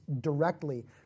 directly